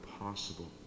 possible